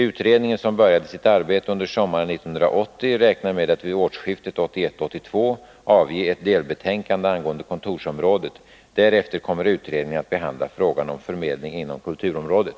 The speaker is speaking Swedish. Utredningen som började sitt arbete under sommaren 1980 räknar med att vid årsskiftet 1981-1982 avge ett delbetänkande angående kontorsområdet. Därefter kommer utredningen att behandla frågan om förmedling inom kulturområdet.